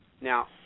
Now